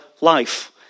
life